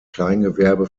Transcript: kleingewerbe